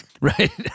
Right